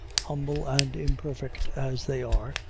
humble and imperfect as they are,